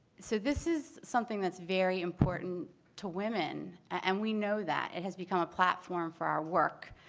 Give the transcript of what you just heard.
so this is something that's very important to women. and we know that. it has become a platform for our work.